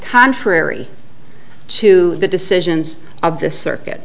contrary to the decisions of the circuit